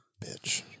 bitch